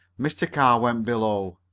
mr. carr went below.